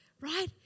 right